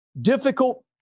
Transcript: difficult